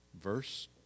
verse